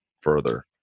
further